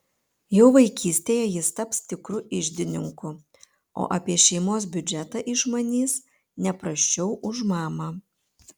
jau vaikystėje jis taps tikru iždininku o apie šeimos biudžetą išmanys ne prasčiau už mamą